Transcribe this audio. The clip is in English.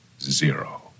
zero